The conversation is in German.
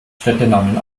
städtenamen